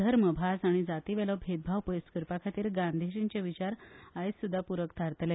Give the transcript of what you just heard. धर्म भास आनी जातीवेलो भेदभाव पयस करपा खातीर गांधींजींचे विचार आयज सुद्धा पुरक थारतले